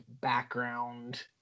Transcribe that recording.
background